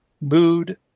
mood